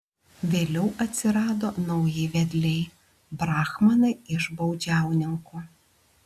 vėliau atsirado nauji vedliai brahmanai iš baudžiauninkų